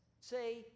say